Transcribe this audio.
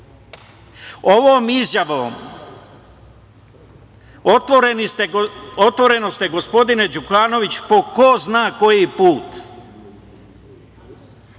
Ovom izjavom otvoreno ste, gospodine Đukanoviću, po ko zna koji put